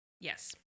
yes